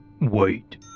wait